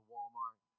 Walmart